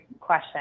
question